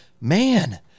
Man